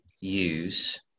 use